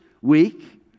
weak